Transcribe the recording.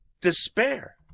despair